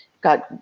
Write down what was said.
got